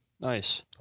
Nice